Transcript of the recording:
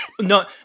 No